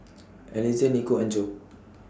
Eliezer Nikko and Jo